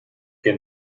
que